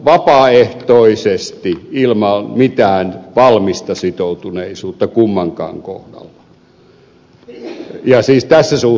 vapaaehtoisesti ilman mitään valmista sitoutuneisuutta kummankaan kohdalla